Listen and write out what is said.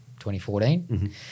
2014